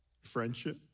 friendship